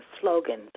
slogans